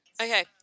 okay